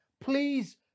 Please